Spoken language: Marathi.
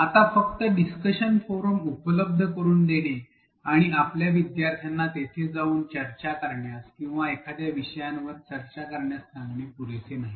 आता फक्त डिस्कशन फोरम उपलब्ध करुन देणे आणि आपल्या विद्यार्थ्यांना तेथे जाऊन चर्चा करण्यास किंवा एखाद्या विषयाबद्दल चर्चा करण्यास सांगणे पुरेसे नाही